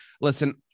Listen